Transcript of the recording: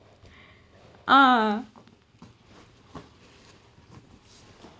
ah